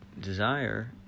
desire